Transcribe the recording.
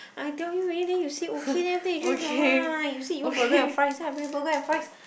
I tell you already then you say okay then after that you change your mind you say you want burger and fries so I bring burger and fries